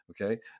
okay